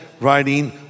writing